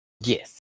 Yes